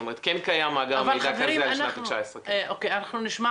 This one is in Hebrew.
כלומר כן קיים מאגר מידע כזה על שנת 2019. אנחנו נשמע כמובן.